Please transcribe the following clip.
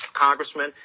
congressman